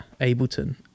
ableton